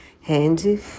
handy